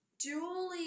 Julie